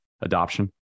adoption